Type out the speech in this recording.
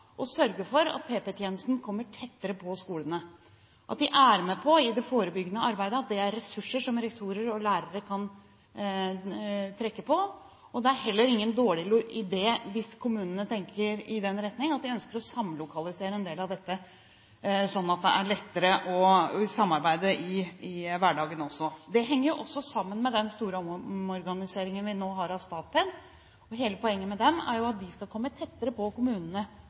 å sørge for at PP-tjenesten kommer tettere på skolene, at de er med på det forebyggende arbeidet, og at det er ressurser som rektorer og lærere kan trekke på. Det er heller ingen dårlig idé hvis kommunene tenker i den retning at de ønsker å samlokalisere en del av dette, sånn at det blir lettere å samarbeide i hverdagen også. Det henger også sammen med den store omorganiseringen vi nå har av Statped. Hele poenget med den er at de skal komme tettere på kommunene